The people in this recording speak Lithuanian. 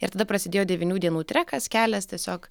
ir tada prasidėjo devynių dienų trekas kelias tiesiog